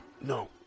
No